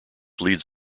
leads